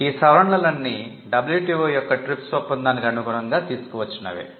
ఈ సవరణలన్నీ WTO యొక్క TRIPS ఒప్పందానికి అనుగుణంగా తీసుకువచ్చినవే